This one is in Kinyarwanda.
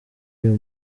uyu